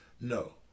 No